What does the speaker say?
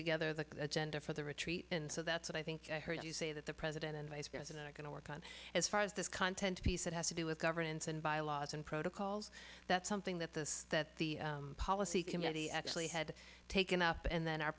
together the agenda for the retreat and so that's what i think i heard you say that the president and vice president are going to work on as far as this content piece that has to do with governance and via laws and protocols that something that this that the policy community actually had taken up and then our